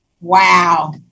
Wow